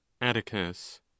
Atticus